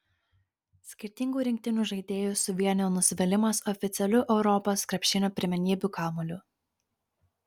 skirtingų rinktinių žaidėjus suvienijo nusivylimas oficialiu europos krepšinio pirmenybių kamuoliu